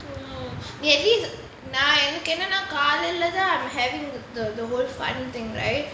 oh eh at least நான் எனகென்னனா காலைல தான்:naan enakennaanaa kalailathaan I'm having the the whole fun thing right